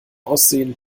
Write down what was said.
aussehen